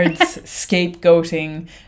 scapegoating